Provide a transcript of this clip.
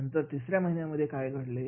नंतर तिसऱ्या महिन्यामध्ये काय घडले